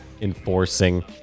enforcing